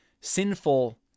sinful